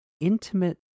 intimate